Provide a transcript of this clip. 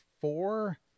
four